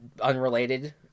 Unrelated